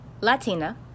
latina